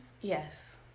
Yes